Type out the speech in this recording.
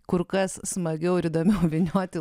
kur kas smagiau ir įdomiau vynioti